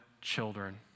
children